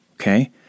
Okay